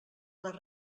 les